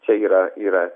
čia yra yra